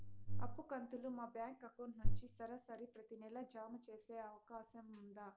అప్పు కంతులు మా బ్యాంకు అకౌంట్ నుంచి సరాసరి ప్రతి నెల జామ సేసే అవకాశం ఉందా?